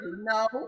No